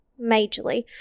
majorly